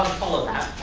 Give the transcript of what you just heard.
follow that.